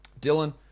Dylan